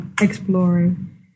exploring